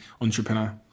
entrepreneur